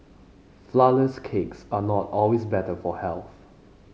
flourless cakes are not always better for health